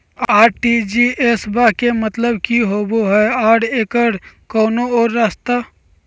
RTGS बा के मतलब कि होबे हय आ एकर कोनो और रस्ता?